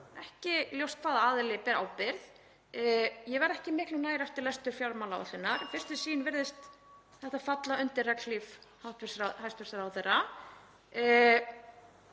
ekki sé ljóst hvaða aðili ber ábyrgð. Ég varð ekki miklu nær eftir lestur fjármálaáætlunar. Við fyrstu sýn virðist þetta falla undir regnhlíf hæstv. ráðherra.